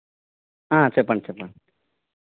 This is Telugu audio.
ఏమున్నాయి స్పెషల్ ఏమున్నాయి